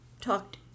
talked